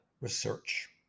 research